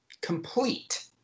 complete